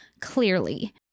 clearly